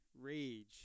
rage